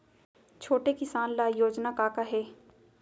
छोटे किसान ल योजना का का हे?